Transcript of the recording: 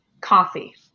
Coffee